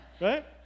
Right